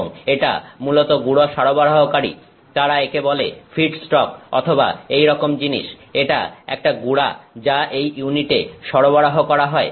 এবং এটা মূলত গুড়া সরবরাহকারী তারা একে বলে ফিডস্টক অথবা এই রকম জিনিস এটা একটা গুড়া যা এই ইউনিটে সরবরাহ করা হয়